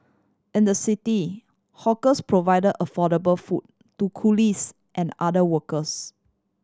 in the city hawkers provided affordable food to coolies and other workers